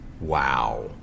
wow